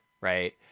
right